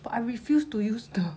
but I refuse to use the